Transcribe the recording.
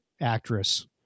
actress